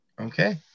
okay